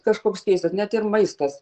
kažkoks keistas net ir maistas